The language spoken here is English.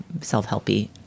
self-helpy